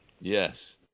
yes